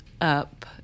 up